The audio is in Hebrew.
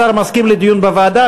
השר מסכים לדיון בוועדה?